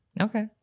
Okay